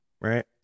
Right